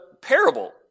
parable